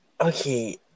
Okay